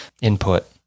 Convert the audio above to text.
input